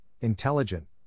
intelligent